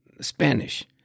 Spanish